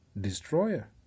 destroyer